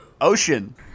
Ocean